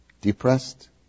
depressed